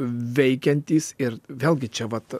veikiantys ir vėlgi čia vat